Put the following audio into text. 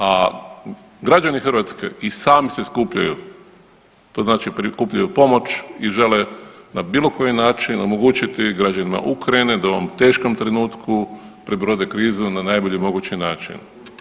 A građani Hrvatske i sami se skupljaju, to znači prikupljaju pomoć i žele na bilo koji način omogućiti građanima Ukrajine da u ovom teškom trenutku prebrode krizu na najbolji mogući način.